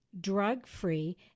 drug-free